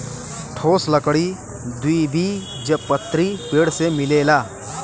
ठोस लकड़ी द्विबीजपत्री पेड़ से मिलेला